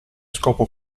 scopo